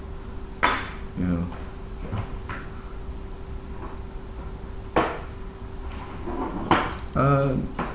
ya uh